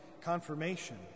confirmation